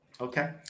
Okay